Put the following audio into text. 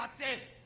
ah today.